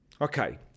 okay